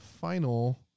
final